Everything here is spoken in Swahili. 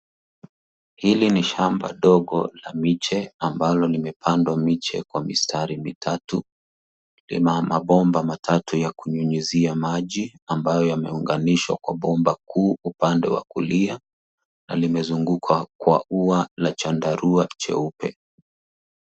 Hili ni shamba dogo la miche ambalo limepandwa miche kwa mistari mitatimu. Lina mabomba matatu ya kunyunyizia maji ambayo yameunganishwa kwa bomba kuu upande wa kulia na limezungukwa kwa ua la chandarua cheupe.